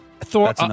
Thor